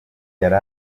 yari